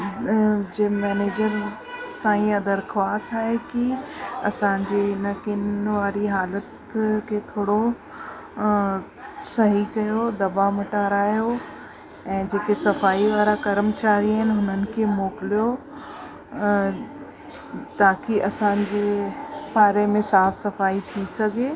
जे manager सां ई दरख़्वास्त आहे कि असांजे हिन किन्न वारी हालति खे थोरो सही कयो दॿा मटारायो ऐं जेके सफ़ाई वारा कर्मचारी आहिनि उन्हनि खे मोकिलियो ताकि असांजे पाड़े में साफ़ु सफ़ाई थी सघे